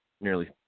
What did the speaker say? nearly